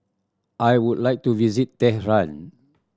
I would like to visit Tehran